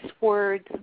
words